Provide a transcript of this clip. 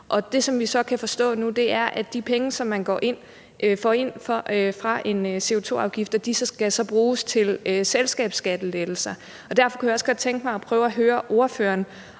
vi så kan forstå nu, er, at de penge, man så får ind fra en CO2-afgift, skal bruges til selskabsskattelettelser, og derfor kunne jeg godt tænke mig at prøve at høre